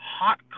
hot